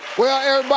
well everybody,